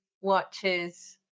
watches